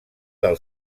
del